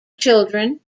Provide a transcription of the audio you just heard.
children